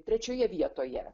trečioje vietoje